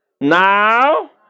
Now